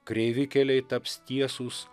kreivi keliai taps tiesūs